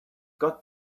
got